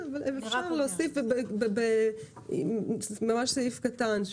אפשר להוסיף ממש סעיף קטן,